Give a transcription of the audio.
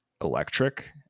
electric